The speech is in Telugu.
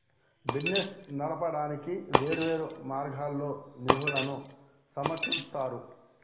బిజినెస్ నడపడానికి వేర్వేరు మార్గాల్లో నిధులను సమకూరుత్తారు